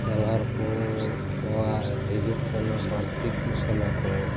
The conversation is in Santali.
ᱥᱟᱸᱜᱷᱟᱨ ᱠᱚ ᱠᱚᱣᱟᱜ ᱦᱤᱡᱩᱜ ᱥᱮᱱᱚᱜ ᱵᱟᱹᱲᱛᱤ ᱠᱚᱜ ᱠᱟᱱᱟ ᱠᱚ